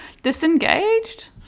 Disengaged